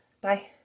Bye